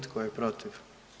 Tko je protiv?